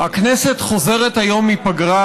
הכנסת חוזרת היום מפגרה,